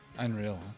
Unreal